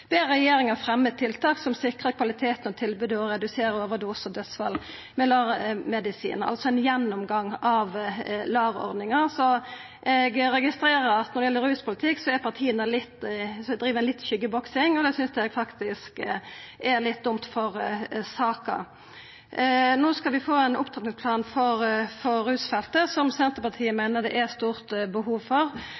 regjeringa fremja tiltak som sikrar kvalitet i tilbodet og reduserer talet på overdosedødsfall med LAR-medisin, altså ein gjennomgang av LAR-ordninga. Eg registrerer at når det gjeld rusbruk, driv partia litt skyggeboksing, og det synest eg faktisk er litt dumt for saka. No skal vi få ein opptrappingsplan for rusfeltet, som Senterpartiet